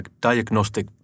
diagnostic